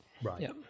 Right